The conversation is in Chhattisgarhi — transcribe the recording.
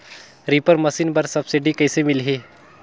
रीपर मशीन बर सब्सिडी कइसे मिलही?